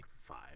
five